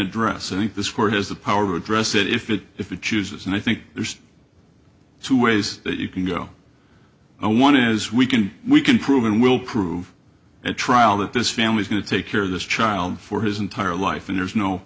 address and this court has the power to address it if it if it chooses and i think there's two ways that you can go i want to as we can we can prove and we'll prove at trial that this family's going to take care of this child for his entire life and there's no